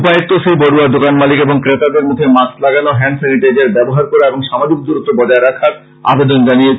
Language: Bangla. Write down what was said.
উপায়ুক্ত শ্রী বরুয়া দোকান মালিক এবং ক্রেতাদের মুখে মাস্ক লাগানো হ্যান্ড স্যানিটাইজার ব্যবহার করা এবং সামাজিক দূরত্ব বজায় রাখার আবেদন জানিয়েছেন